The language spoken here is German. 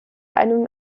einem